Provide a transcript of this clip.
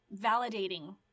validating